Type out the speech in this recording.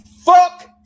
Fuck